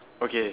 okay